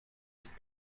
ist